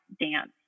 dance